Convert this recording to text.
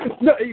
No